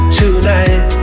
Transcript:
tonight